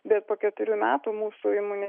bet po keturių metų mūsų įmonė